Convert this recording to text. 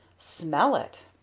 smell it!